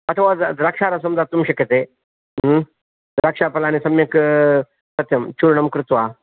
अथवा द्रा द्राक्षारसं दातुं शक्यते द्राक्षाफलानि सम्यक् सत्यं चूर्णं कृत्वा